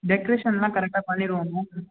டெக்கரேஷனெலாம் கரெக்டாக பண்ணிடுவோம் மேம்